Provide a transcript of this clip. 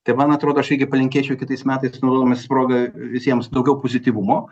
tai man atrodo aš irgi palinkėčiau kitais metais naudodamasis proga visiems daugiau pozityvumo